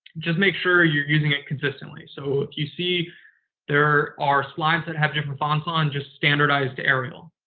just make sure you're using it consistently. so, if you see there are slides that have different fonts on, just standardize to arial.